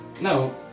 No